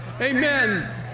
amen